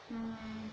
((hmm)m)